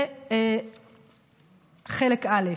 זה חלק א'.